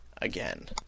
again